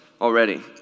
already